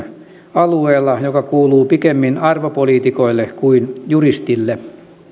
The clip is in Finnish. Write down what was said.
alueella joka kuuluu pikemmin arvopolitiikoille kuin juristille